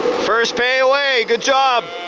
first pay away, good job.